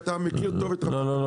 אתה מכיר טוב את רמת הגולן,